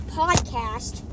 podcast